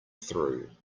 through